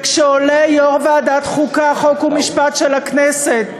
וכשעולה יושב-ראש ועדת החוקה, חוק ומשפט של הכנסת,